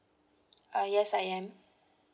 uh yes I am